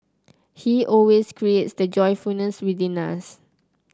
he always creates that joyfulness within us